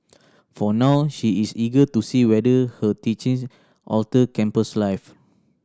for now she is eager to see whether her teachings alter campus life